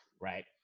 right